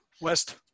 west